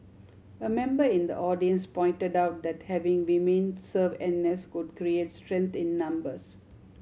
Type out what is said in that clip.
a member in the audience pointed out that having women serve N S could create strength in numbers